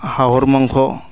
হাঁহৰ মাংস